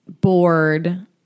bored